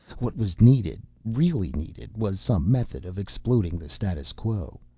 what was needed, really needed, was some method of exploding the status quo,